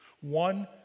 One